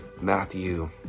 Matthew